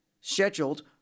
scheduled